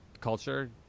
culture